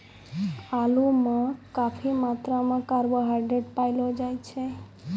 आलू म काफी मात्रा म कार्बोहाइड्रेट पयलो जाय छै